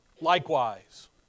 Likewise